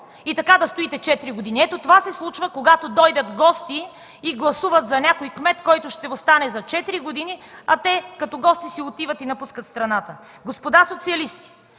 и така да стоите четири години? Ето това се случва, когато дойдат гости и гласуват за някой кмет, който ще остане за четири години, а те като гости си отиват и напускат страната. Господа социалисти,